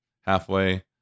halfway